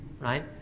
Right